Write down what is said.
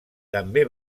també